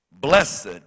Blessed